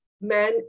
men